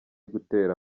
gutera